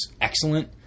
excellent